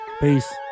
peace